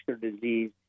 disease